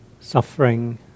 suffering